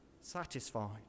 satisfied